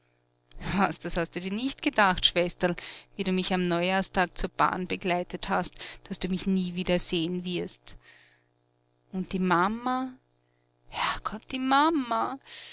das hast du dir nicht gedacht schwesterl wie du mich am neujahrstag zur bahn begleitet hast daß du mich nie wieder seh'n wirst und die mama herrgott die mama